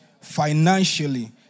financially